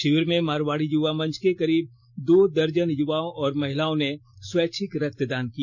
शिविर में मारवाड़ी यूवा मंच के करीब दो दर्जन यूवाओं और महिलाओं ने स्वैच्छिक रक्तदान किया